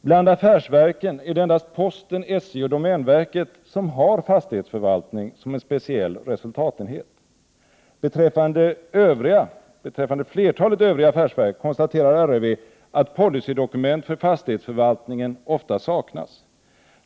Bland affärsverken är det endast posten, SJ och domänverket som har fastighetsförvaltning som en speciell resultatenhet. Beträffande flertalet övriga affärsverk konstaterar RRV att policydokument för fastighetsförvaltningen ofta saknas.